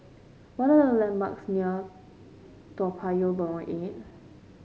what are landmarks near Toa Payoh Lorong Eight